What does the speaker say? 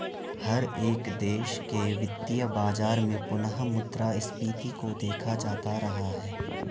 हर एक देश के वित्तीय बाजार में पुनः मुद्रा स्फीती को देखा जाता रहा है